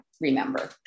remember